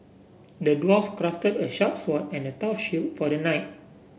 the dwarf crafted a sharp sword and a tough shield for the knight